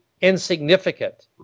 insignificant